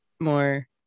more